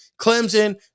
Clemson